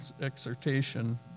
exhortation